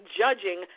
judging